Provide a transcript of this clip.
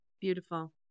Beautiful